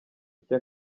icyo